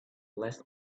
less